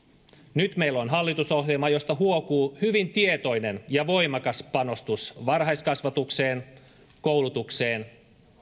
nyt meillä on hallitusohjelma josta huokuu hyvin tietoinen ja voimakas panostus varhaiskasvatukseen koulutukseen